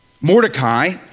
Mordecai